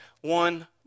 one